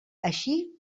així